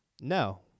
No